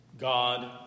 God